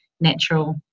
natural